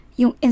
yung